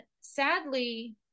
sadly